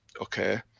Okay